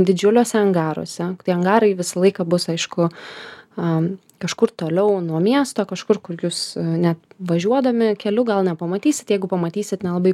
didžiuliuose angaruose angarai visą laiką bus aišku a kažkur toliau nuo miesto kažkur kur jūs net važiuodami keliu gal nepamatysit jeigu pamatysit nelabai